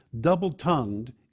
Double-tongued